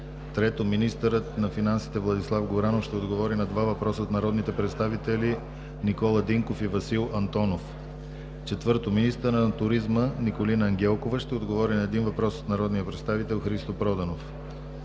3. Министърът на финансите Владислав Горанов ще отговори на два въпроса от народните представители Никола Динков и Васил Антонов. 4. Министърът на туризма Николина Ангелкова ще отговори на един въпрос от народния представител Христо Проданов.